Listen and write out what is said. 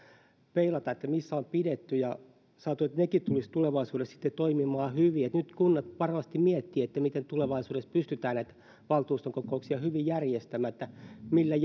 peilata missä on pidetty saattaa olla että nekin tulisivat tulevaisuudessa sitten toimimaan hyvin nyt kunnat varmasti miettivät että miten tulevaisuudessa pystytään näitä valtuuston kokouksia hyvin järjestämään millä